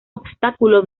obstáculo